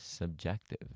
subjective